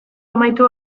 amaitu